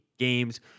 Games